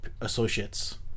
associates